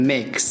Mix